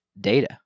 data